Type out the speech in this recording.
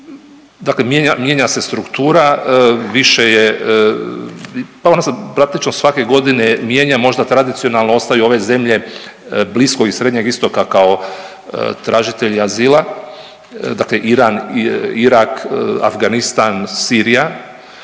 Dakle, mijenja se struktura, više je, pa ona se praktično svake godine mijenja možda tradicionalno ostaju ove zemlje Bliskog i Srednjeg Istoka kao tražitelji azila. Dakle, Iran, Irak, Afganistan, Sirija,